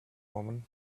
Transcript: woman